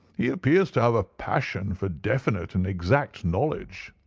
he appears to have a passion for definite and exact knowledge.